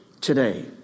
today